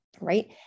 right